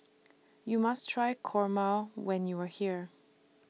YOU must Try Kurma when YOU Are here